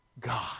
God